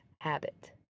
habit